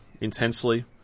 intensely